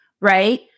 Right